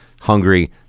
hungry